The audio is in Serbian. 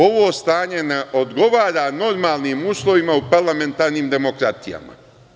Ovo stanje ne odgovara normalnim uslovima u parlamentarnim demokratijama.